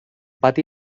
pati